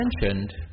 mentioned